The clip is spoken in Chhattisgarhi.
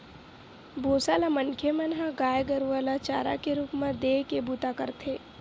भूसा ल मनखे मन ह गाय गरुवा ल चारा के रुप म देय के बूता करथे